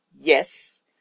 yes